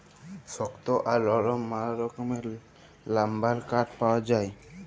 শক্ত আর লরম ম্যালা রকমের লাম্বার কাঠ পাউয়া যায়